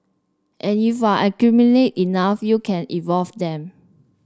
and if you accumulate enough you can evolve them